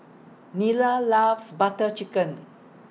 Nila loves Butter Chicken